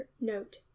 note